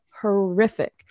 horrific